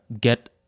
get